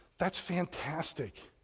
that's fantastic,